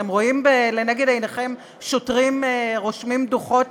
אתם רואים לנגד עיניכם שוטרים רושמים דוחות